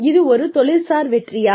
இது ஒரு தொழில்சார் வெற்றியா